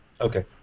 Okay